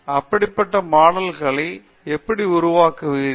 அப்படிப்பட்ட மாடல்களை எப்படி உருவாக்குவீர்கள்